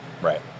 right